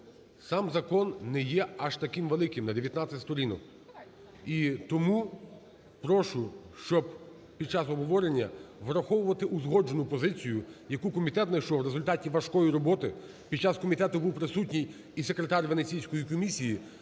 сам закон не є аж таким великим – на 19 сторінок. І тому прошу, щоб під час обговорення враховувати узгоджену позицію, яку комітет знайшов в результаті важкої роботи. Під час комітету був присутній і секретар Венеційської комісії,